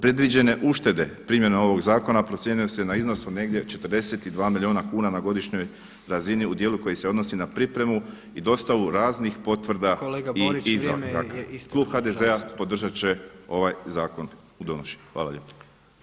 Predviđene uštede primjenom ovog zakona procjenjuje se na iznos od negdje 42 milijuna kuna na godišnjoj razini u dijelu koji se odnosi na pripremu i dostavu raznih potvrda [[Upadica Jandroković: Kolega Borić vrijeme je isteklo.]] klub HDZ-a podržat će ovaj zakon u donošenju.